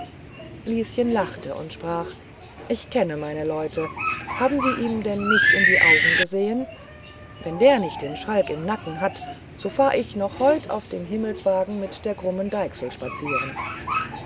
lieschen lachte und sprach ich kenne meine leute haben sie ihm denn nicht in die augen gesehen wenn der nicht den schalk im nacken hat so fahr ich noch heut auf dem himmelswagen mit der krummen deichsel spazieren